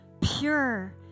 pure